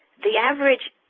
the average